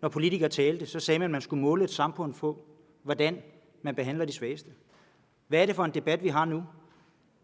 når politikere talte, sagde man, at et samfund skulle måles på, hvordan de svageste bliver behandlet. Hvad er det for en debat, vi har nu?